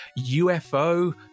UFO